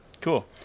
cool